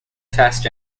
fast